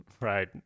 Right